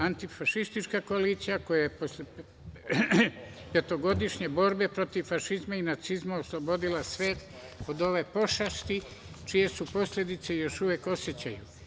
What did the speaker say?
Anitfašistička koalicija koja je posle petogodišnje borbe protiv fašizma i protiv nacizma oslobodila svet od ove pošasti, čije su posledice još uvek osećaju.